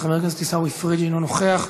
חבר הכנסת עיסאווי פריג' אינו נוכח.